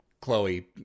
Chloe